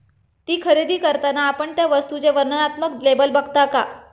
ती खरेदी करताना आपण त्या वस्तूचे वर्णनात्मक लेबल बघता का?